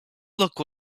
look